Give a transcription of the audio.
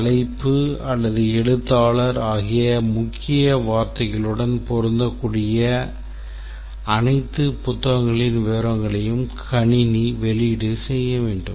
தலைப்பு அல்லது எழுத்தாளர் ஆகிய முக்கிய வார்த்தைகளுடன் பொருந்தக்கூடிய அனைத்து புத்தகங்களின் விவரங்களையும் கணினி வெளியீடு செய்ய வேண்டும்